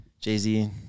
Jay-Z